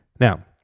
Now